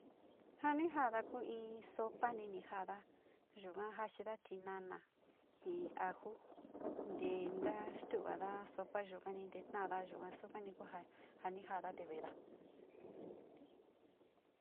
Ja ni jada ku in sopani ni jada yuga jaxido tinana jii aju ntee ntaa stu´uvada sopa yukani nteta´ada yuani kuja ja ni jada te veeda.